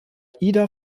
ida